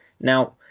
Now